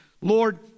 Lord